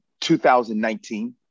2019